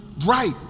Right